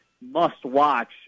must-watch